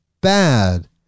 bad